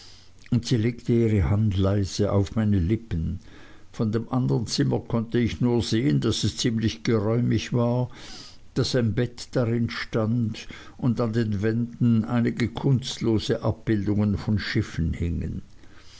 und sie legte ihre hand leise auf meine lippen von dem andern zimmer konnte ich nur sehen daß es ziemlich geräumig war daß ein bett darin stand und an den wänden einige kunstlose abbildungen von schiffen hingen